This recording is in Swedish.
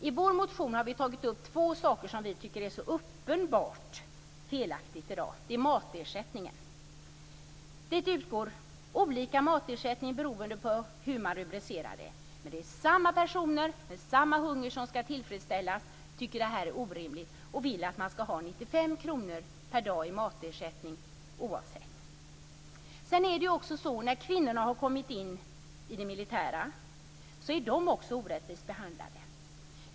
I vår motion har vi tagit upp två saker som vi tycker är så uppenbart felaktiga i dag. En av dem är matersättningen. Det utgår olika matersättning beroende på hur man rubricerar, men det är samma personer och samma hunger som skall tillfredsställas. Vi tycker att detta är orimligt och vill att man skall ha 95 kr per dag i matersättning oavsett rubricering. När kvinnorna har kommit in i det militära har de också blivit orättvist behandlade.